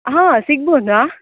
ಹಾಂ ಸಿಗ್ಬೋದಾ